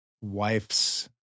wife's